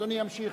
אדוני ימשיך,